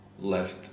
left